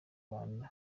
rwanda